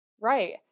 right